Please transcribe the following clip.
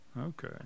Okay